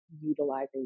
utilizing